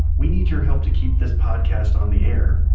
we need your help to keep this podcast on the air.